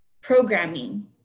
programming